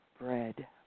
Bread